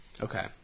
Okay